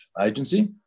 agency